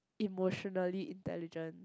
emotionally intelligent